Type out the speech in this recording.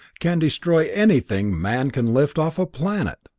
can destroy anything man can lift off a planet!